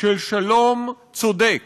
של שלום צודק